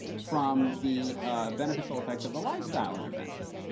from the beneficial effect of the lifestyle intervention.